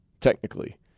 technically